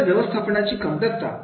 नंतर व्यवस्थापनाची कमतरता